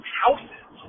houses